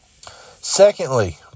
Secondly